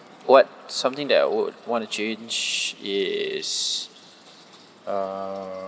what something that I would want to change is uh